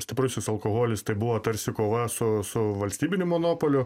stiprusis alkoholis tai buvo tarsi kova su su valstybiniu monopoliu